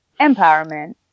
Empowerment